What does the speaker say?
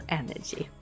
energy